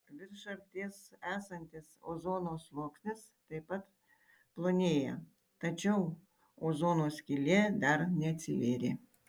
virš arkties esantis ozono sluoksnis taip pat plonėja tačiau ozono skylė dar neatsivėrė